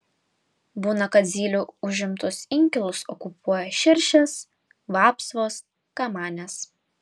būna kad zylių užimtus inkilus okupuoja širšės vapsvos kamanės